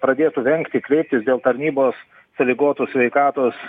pradėtų vengti kreiptis dėl tarnybos sąlygotų sveikatos